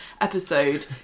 episode